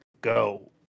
go